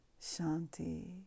Shanti